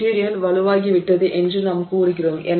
material வலுவாகிவிட்டது என்று நாம் கூறுகிறோம்